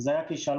זה היה כישלון.